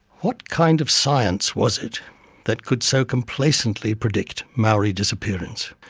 what kind of science was it that could so complacently predict maori disappearance?